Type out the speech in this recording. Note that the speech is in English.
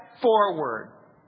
forward